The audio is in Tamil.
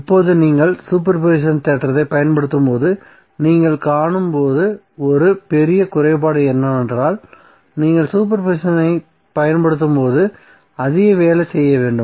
இப்போது நீங்கள் சூப்பர் போசிஷன் தேற்றத்தைப் பயன்படுத்தும்போது நீங்கள் காணும் ஒரு பெரிய குறைபாடு என்னவென்றால் நீங்கள் சூப்பர் போசிஷனைப் பயன்படுத்தும்போது அதிக வேலை செய்ய வேண்டும்